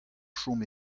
chom